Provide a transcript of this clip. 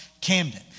Camden